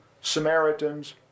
Samaritans